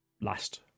last